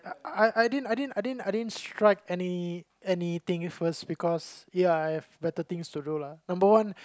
I I didn't I didn't I didn't I didn't strike any anything first because ya I have better things to do lah number one